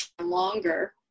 longer